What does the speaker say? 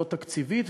לא תקציבית,